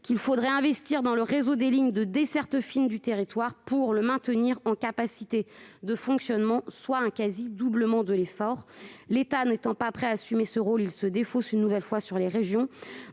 quatre prochaines années dans le réseau des lignes de desserte fine du territoire pour le maintenir en capacité de fonctionner, soit un quasi-doublement de l'effort. L'État n'étant pas prêt à assumer ce rôle, il se défausse une nouvelle fois sur les régions,